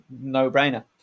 no-brainer